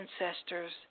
ancestors